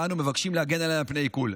ואנו מבקשים להגן עליהם מפני עיקול.